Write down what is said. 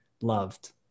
loved